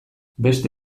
beste